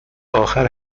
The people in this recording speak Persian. آخر